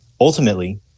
Ultimately